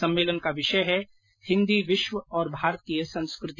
सम्मेलन का विषय है हिन्दी विश्व और भारतीय संस्कृति